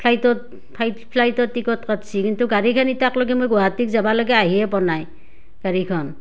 ফ্লাইটত ফ্লাইট ফ্লাইটৰ টিকট কাটছি কিন্তু গাড়ীখন ইতাকলকে মই গুৱাহাটীক যাবা লাগে আহিয়ে পোৱা নাই গাড়ীখন